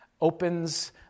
opens